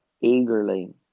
eagerly